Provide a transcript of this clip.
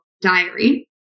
diary